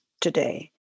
today